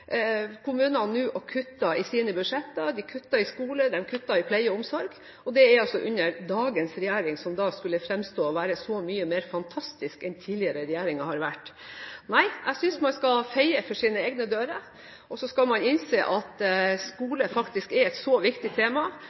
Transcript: kommunene nå og kutter i sine budsjetter, de kutter til skole, de kutter til pleie og omsorg – og det er under dagens regjering, som skulle fremstå som så mye mer fantastisk enn tidligere regjeringer har vært. Nei, jeg synes man skal feie for egen dør, og så skal man innse at skole faktisk er et så viktig tema